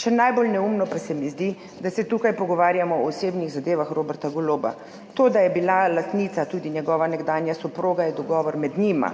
Še najbolj neumno pa se mi zdi, da se tukaj pogovarjamo o osebnih zadevah Roberta Goloba. To, da je bila lastnica tudi njegova nekdanja soproga, je dogovor med njima,